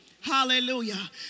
Hallelujah